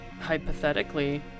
Hypothetically